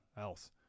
else